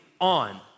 on